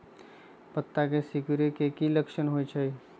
पत्ता के सिकुड़े के की लक्षण होइ छइ?